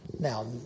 Now